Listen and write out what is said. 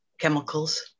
chemicals